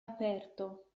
aperto